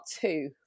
two